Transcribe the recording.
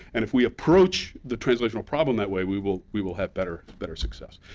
and if we approach the translational problem that way, we will we will have better better success.